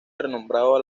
renombrado